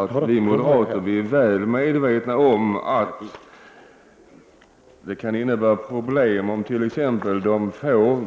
Det kan bli problem om någon skulle gå in och lägga anbud på de få